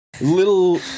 little